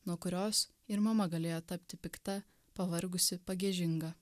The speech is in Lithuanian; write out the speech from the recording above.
nuo kurios ir mama galėjo tapti pikta pavargusi pagiežinga